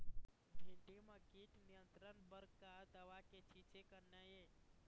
भिंडी म कीट नियंत्रण बर का दवा के छींचे करना ये?